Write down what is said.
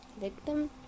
Victim